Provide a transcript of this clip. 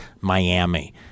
Miami